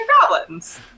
goblins